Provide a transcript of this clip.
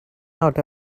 out